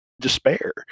despair